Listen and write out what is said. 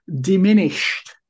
diminished